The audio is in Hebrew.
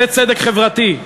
זה צדק חברתי.